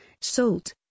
salt